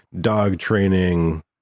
dog-training